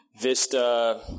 Vista